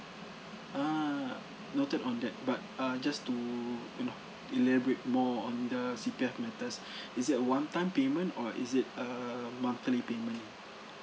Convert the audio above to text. ah noted on that but uh just to you know elaborate more on the C_P_F matters is it a one time payment or is it a monthly payment